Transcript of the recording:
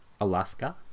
Alaska